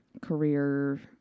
career